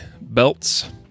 belts